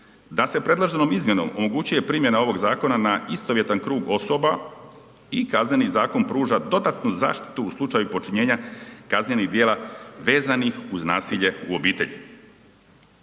da se predloženom izmjenom omogućuje primjena ovog zakona na istovjetan krug osoba i Kazneni zakon pruža dodatnu zaštitu u slučaju počinjenja kaznenih djela vezanih uz nasilje u obitelji.